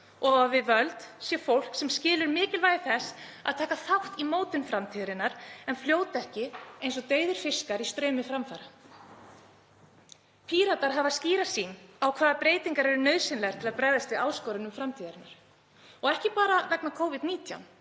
og að við völd sé fólk sem skilur mikilvægi þess að taka þátt í mótun framtíðarinnar en fljóti ekki eins og dauðir fiskar í straumi framfara. Píratar hafa skýra sýn á hvaða breytingar eru nauðsynlegar til að bregðast við áskorunum framtíðarinnar og ekki bara vegna Covid-19